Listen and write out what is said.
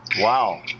Wow